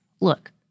Look